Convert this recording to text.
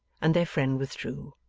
and friend withdrew.